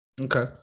okay